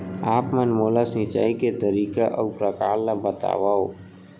आप मन मोला सिंचाई के तरीका अऊ प्रकार ल बतावव?